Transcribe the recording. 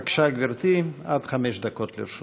בבקשה, גברתי, עד חמש דקות לרשותך.